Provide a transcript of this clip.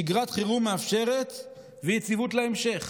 שגרת חירום מאפשרת יציבות להמשך".